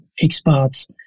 experts